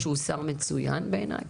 שהוא שר מצוין בעיני.